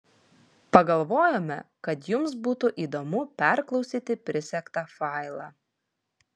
pagalvojome kad jums būtų įdomu perklausyti prisegtą failą